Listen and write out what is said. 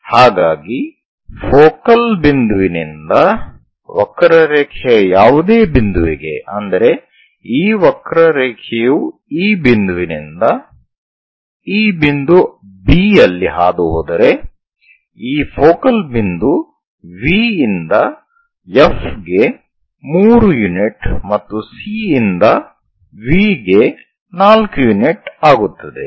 ಹಾಗಾಗಿ ಫೋಕಲ್ ಬಿಂದುವಿನಿಂದ ವಕ್ರರೇಖೆಯ ಯಾವುದೇ ಬಿಂದುವಿಗೆ ಅಂದರೆ ಈ ವಕ್ರರೇಖೆಯು ಈ ಬಿಂದುವಿನಿಂದ ಈ ಬಿಂದು B ಯಲ್ಲಿ ಹಾದು ಹೋದರೆ ಈ ಫೋಕಲ್ ಬಿಂದು V ಯಿಂದ F ಗೆ 3 ಯೂನಿಟ್ ಮತ್ತು C ಯಿಂದ V ಗೆ 4 ಯೂನಿಟ್ ಆಗುತ್ತದೆ